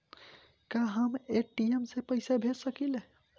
का हम ए.टी.एम से पइसा भेज सकी ले?